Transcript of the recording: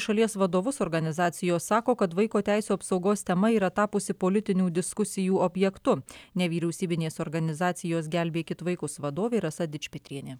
šalies vadovus organizacijos sako kad vaiko teisių apsaugos tema yra tapusi politinių diskusijų objektu nevyriausybinės organizacijos gelbėkit vaikus vadovė rasa dičpetrienė